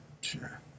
sure